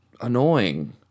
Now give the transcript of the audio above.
annoying